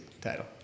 title